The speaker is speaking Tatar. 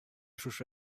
шушы